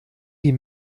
die